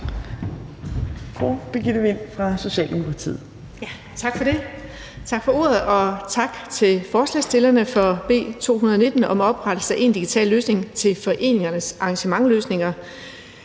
tak for ordet, og tak til forslagsstillerne for B 219 om oprettelse af én digital løsning til foreningernes arrangementsansøgninger.